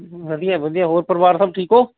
ਵਧੀਆ ਵਧੀਆ ਹੋਰ ਪਰਿਵਾਰ ਸਭ ਠੀਕ ਹੋ